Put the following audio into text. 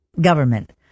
government